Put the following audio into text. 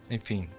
Enfim